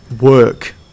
work